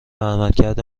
عملکرد